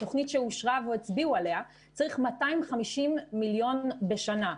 התוכנית שאושרה והצביעו עליה צריך 250 מיליון שקלים בשנה.